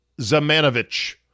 Zamanovich